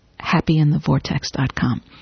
happyinthevortex.com